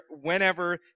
whenever